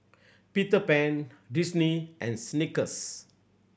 Peter Pan Disney and Snickers